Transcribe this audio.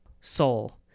soul